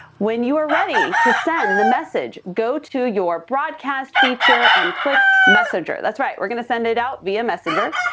when you are ready to send the message, go to your broadcast feature and click messenger. that's right, we're gonna send it out via messenger.